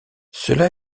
cela